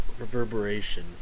Reverberation